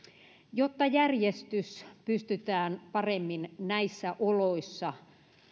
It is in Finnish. jotta järjestys pystytään paremmin näissä oloissa